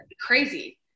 crazy